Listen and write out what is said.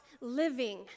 living